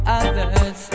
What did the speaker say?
others